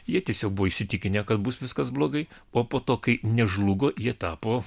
jie tiesiog buvo įsitikinę kad bus viskas blogai o po to kai nežlugo jie tapo